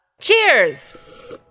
Cheers